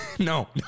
No